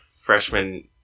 freshman